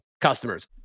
customers